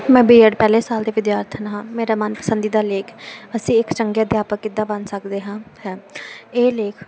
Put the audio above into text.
ਮੈਂ ਬੀਐਡ ਪਹਿਲੇ ਸਾਲ ਦੀ ਵਿਦਿਆਰਥਣ ਹਾਂ ਮੇਰਾ ਮਨਪਸੰਦੀ ਦਾ ਲੇਖ ਅਸੀਂ ਇੱਕ ਚੰਗੇ ਅਧਿਆਪਕ ਕਿੱਦਾਂ ਬਣ ਸਕਦੇ ਹਾਂ ਹੈ ਇਹ ਲੇਖ